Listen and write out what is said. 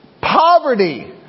poverty